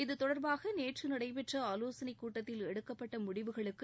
இது தொடர்பாக நேற்று நடைபெற்ற ஆலோசனைக் கூட்டத்தில் எடுக்கப்பட்ட முடிவுகளுக்கு